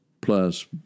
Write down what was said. plus